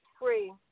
free